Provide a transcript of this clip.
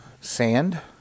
Sand